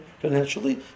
financially